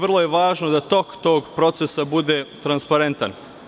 Vrlo je važno da tok tog procesa bude transparentan.